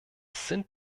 sind